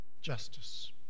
Justice